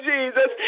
Jesus